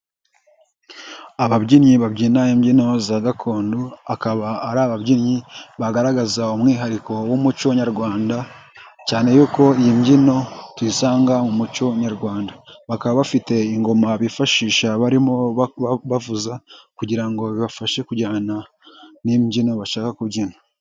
Ababyinnyi babyina imbyino za gakondo, akaba ari ababyinnyi bagaragaza umwihariko w'umuco Nyarwanda, cyane y'uko iyi mbyino tuyisanga mu muco Nyarwanda, bakaba bafite ingoma bifashisha barimo bavuza kugira ngo bibafashe kujyana n'imbyino bashaka kubyina.